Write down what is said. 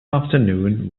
afternoon